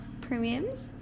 premiums